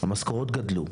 המשכורות גדלו,